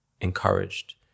encouraged